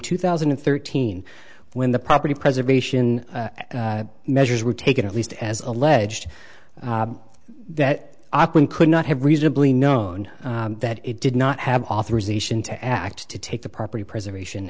two thousand and thirteen when the property preservation measures were taken at least as alleged that could not have reasonably known that it did not have authorization to act to take the property preservation